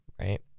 right